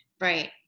Right